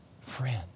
friend